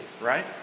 right